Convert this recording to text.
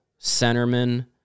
centerman